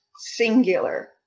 singular